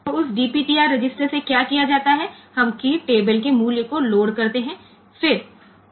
तो उस DPTR register से क्या किया जाता है हम कीय टेबल के मूल्य को लोड करते हैं फिर movc AADPTR